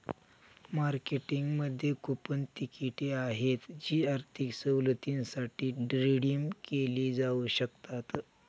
मार्केटिंगमध्ये कूपन तिकिटे आहेत जी आर्थिक सवलतींसाठी रिडीम केली जाऊ शकतात